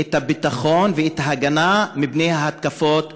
את הביטחון ואת ההגנה מפני ההתקפות עליהם.